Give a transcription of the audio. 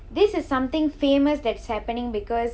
this is something famous that's happening because